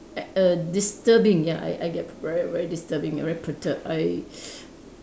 eh err disturbing ya I I get very very disturbing very perturbed